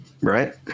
right